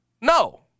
no